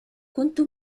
كنت